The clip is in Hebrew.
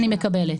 זה אחד.